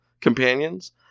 companions